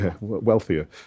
wealthier